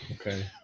Okay